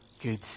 Good